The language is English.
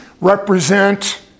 represent